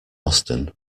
austen